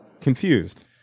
Confused